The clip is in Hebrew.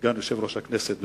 סגן יושב-ראש הכנסת.